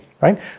right